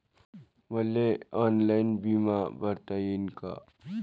मले ऑनलाईन बिमा भरता येईन का?